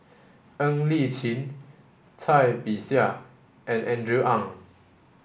Ng Li Chin Cai Bixia and Andrew Ang